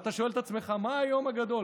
אתה שואל את עצמך, מה היום הגדול?